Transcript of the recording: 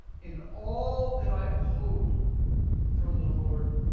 in all that i had hoped from the lord.